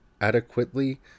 adequately